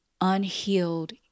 unhealed